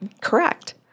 Correct